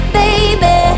baby